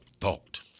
thought